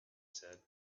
said